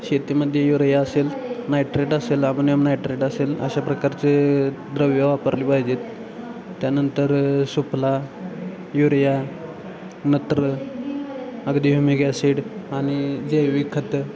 शेतीमध्ये युरिया असेल नायट्रेट असेल आमोनियम नायट्रेट असेल अशा प्रकारचे द्रव्यं वापरली पाहिजेत त्यानंतरं सुफला युरिया नत्र अगदी ह्युमिक अॅसिड आणि जैविक खतं